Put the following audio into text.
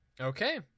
Okay